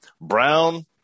Brown